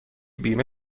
بیمه